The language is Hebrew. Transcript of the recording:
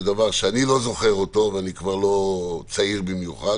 זה דבר שאני לא זוכר אותו ואני כבר לא צעיר במיוחד.